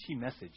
message